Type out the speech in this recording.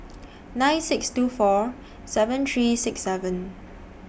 nine six two four seven three six seven